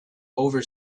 over